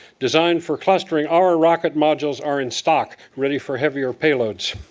designed for clustering, our rocket modules are in stock, ready for heavier payloads.